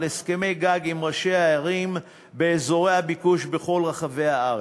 על הסכמי גג עם ראשי הערים באזורי הביקוש בכל רחבי הארץ: